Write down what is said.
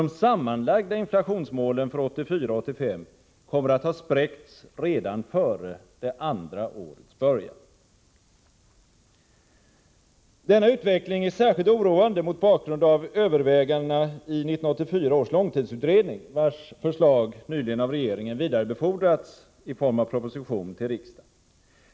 De sammanlagda inflationsmålen för 1984 och 1985 kommer att ha spräckts redan före det andra årets början. Denna utveckling är särskilt oroande mot bakgrund av övervägandena i 1984 års långtidsutredning, vars förslag nyligen av regeringen vidarebefordrats i form av proposition till riksdagen.